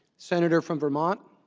senator from vermont.